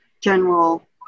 general